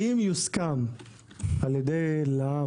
אם יוסכם על ידי לע"מ,